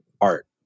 art